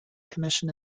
commission